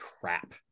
crap